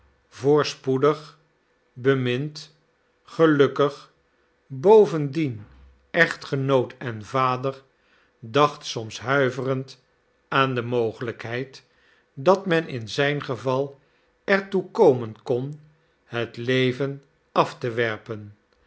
voorspoedig bemind gelukkig bovendien echtgenoot en vader dacht soms huiverend aan de mogelijkheid dat men in zijn geval er toe komen kon het leven af te werpen